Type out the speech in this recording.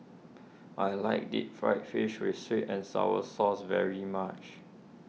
I like Deep Fried Fish with Sweet and Sour Sauce very much